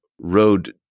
road